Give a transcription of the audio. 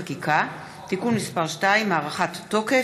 חקיקה) (תיקון מס' 2) (הארכת תוקף),